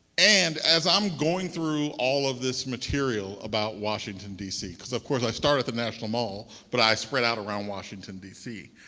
and as i'm going through all of this material about washington dc because of course i start at the national mall, but i spread our around washington dc.